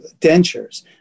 dentures